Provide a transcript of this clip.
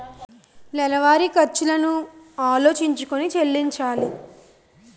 నెలవారి ఖర్చులను ఆలోచించుకొని చెల్లించాలి